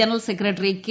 general secretary K